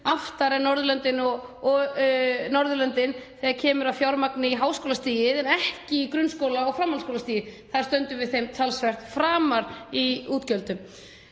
aftar en Norðurlöndin þegar kemur að fjármagni í háskólastigið en ekki í grunnskóla- og framhaldsskólastigið. Þar stöndum við þeim talsvert framar í útgjöldum.